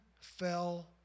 fell